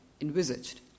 envisaged